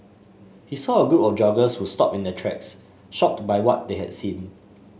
he saw a group of joggers who stopped in their tracks shocked by what they had seen